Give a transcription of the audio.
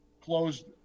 closed